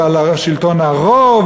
ועל שלטון הרוב,